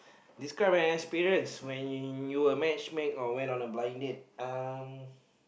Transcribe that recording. describe any spirits when you were match made or when were on a blind date uh